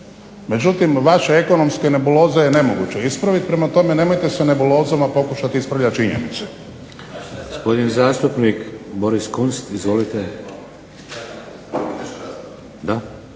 Međutim, vaše ekonomske nebuloze je nemoguće ispraviti prema tome nemojte sa nebulozama pokušati ispravljati činjenice.